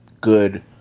good